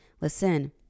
listen